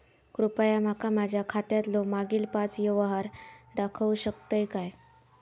कृपया माका माझ्या खात्यातलो मागील पाच यव्हहार दाखवु शकतय काय?